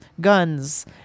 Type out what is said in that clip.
guns